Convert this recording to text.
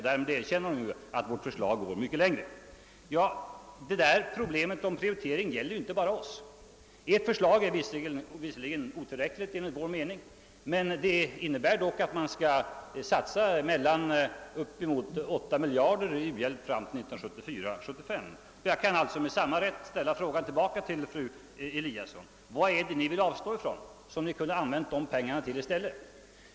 Därmed erkänner hon att vårt förslag går mycket längre än propositionens. Men problemet om prioritet gäller inte bara vårt förslag. Ert förslag är visserligen otillräckligt enligt vår mening, men det innebär dock att vi skall satsa bortåt åtta miljarder kronor i u-hjälp fram till 1974/75. Jag kan alltså med samma rätt ställa frågan tillbaka till fru Lewén Eliasson: Vad är det ni vill avstå från, som ni kunde använt pengarna till i stället?